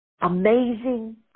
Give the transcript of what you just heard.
amazing